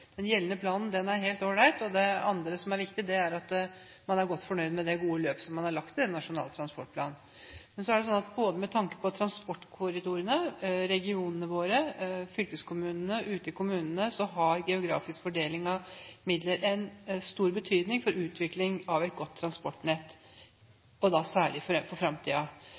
man er godt fornøyd med det løpet som er lagt i Nasjonal transportplan. Men både med tanke på transportkorridorene, regionene våre, fylkeskommunene og kommunene har geografisk fordeling av midler stor betydning for utvikling av et godt transportnett, og da særlig for